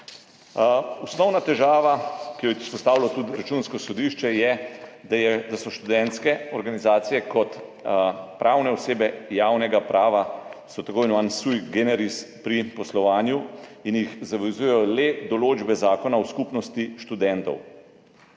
Osnovna težava, ki jo je izpostavilo tudi Računsko sodišče, je, da so študentske organizacije kot pravne osebe javnega prava tako imenovani sui generis pri poslovanju in jih zavezujejo le določbe Zakona o skupnosti študentov.